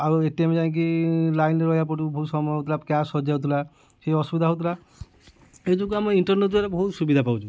ଆଉ A T M ଯାଇଁକି ଲାଇନ୍ରେ ରହିବାକୁ ପଡ଼ିବ ବହୁତ ସମୟ ହେଉଥିଲା କ୍ୟାଶ୍ ସରି ଯାଉଥିଲା ସିଏ ଅସୁବିଧା ହେଉଥିଲା ଏଇ ଯୋଗୁଁ ଆମ ଇଣ୍ଟରନେଟ୍ ଦ୍ୱାରା ବହୁତ ସୁବିଧା ପାଉଛୁ